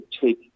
take